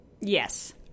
yes